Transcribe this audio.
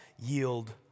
yield